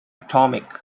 atomic